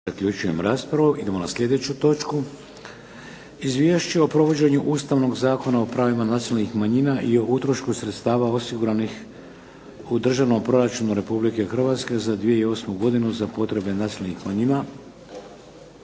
Vladimir (HDZ)** Idemo na sljedeću točku - Izvješće o provođenju Ustavnog zakona o pravima nacionalnih manjina i o utrošku sredstava osiguranih u Državnom proračunu Republike Hrvatske za 2008. godinu za potrebe nacionalnih manjina